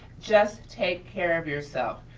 just take care of yourself.